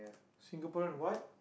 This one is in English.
Singaporean what